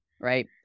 Right